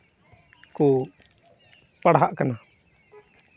ᱠᱚ ᱯᱟᱲᱦᱟᱜ ᱠᱟᱱᱟ